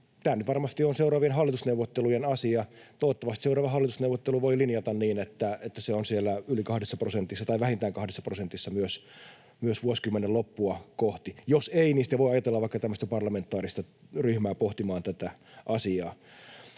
Tämä nyt varmasti on seuraavien hallitusneuvottelujen asia. Toivottavasti seuraava hallitusneuvottelu voi linjata niin, että se on siellä yli kahdessa prosentissa tai vähintään kahdessa prosentissa myös vuosikymmenen loppua kohti. Jos ei, niin sitten voi ajatella vaikka tämmöistä parlamentaarista ryhmää pohtimaan tätä asiaa.